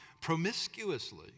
promiscuously